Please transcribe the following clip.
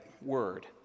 word